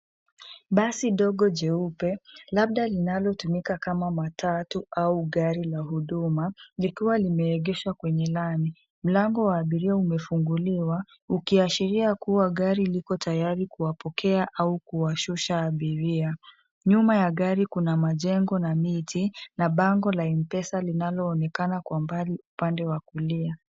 Basi dogo jeupe, labda linalotumika kama matatu au gari la huduma, likiwa limeegeshwa kwenye lami. Mlango wa abiria umefunguliwa, ukiashiria kuwa gari lipo tayari kuwapokea au kuwashusha abiria. Nyuma ya gari kuna majengo na miti, na bango la M-Pesa linaloonekana kwa mbali upande wa kulia.